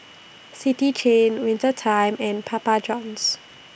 City Chain Winter Time and Papa Johns